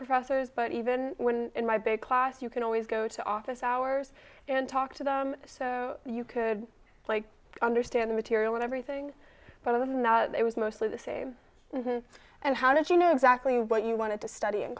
professors but even when in my big class you can always go to office hours and talk to them so you could like understand the material and everything but other than that it was mostly the same and how did you know exactly what you wanted to study in